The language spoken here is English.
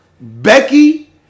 Becky